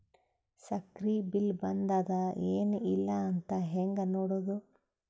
ಸಕ್ರಿ ಬಿಲ್ ಬಂದಾದ ಏನ್ ಇಲ್ಲ ಅಂತ ಹೆಂಗ್ ನೋಡುದು?